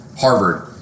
Harvard